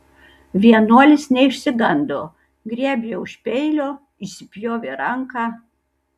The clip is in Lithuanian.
vienuolis neišsigando griebė už peilio įsipjovė ranką